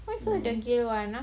why so degil [one] ah